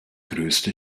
größte